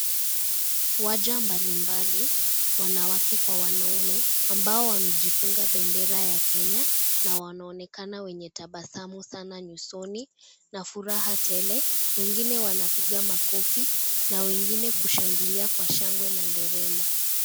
Waja mbalimbali wanawake kwa wanaume ambao wamejifunga bendera ya Kenya, na wanaonekana wenye tabasamu sana nyusoni, na furaha tele, wengine wanapiga makofi na wengine kushangilia kwa shangwe na ndelemo.